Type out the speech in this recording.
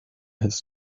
his